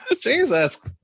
Jesus